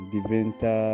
Diventa